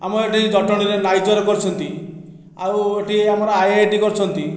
ଆମର ଏଠି ଜଟଣୀରେ ନାଇଜର୍ କରିଛନ୍ତି ଆଉ ଏଠି ଆମର ଆଇ ଆଇ ଟି କରିଛନ୍ତି